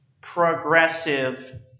progressive